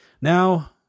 Now